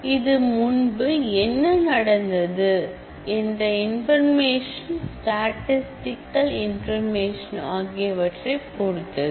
இது முன்பு என்ன நடந்தது என்ற இன்பர்மேஷன் ஸ்டதிஸ்டிகல் இன்பர்மேஷன் ஆகியவற்றைப் பொருத்தது